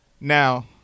Now